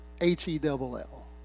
H-E-double-L